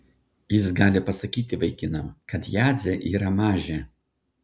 jis gali pasakyti vaikinam kad jadzė yra mažė